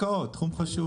במשרד,